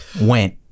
went